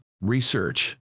research